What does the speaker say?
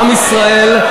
עם ישראל,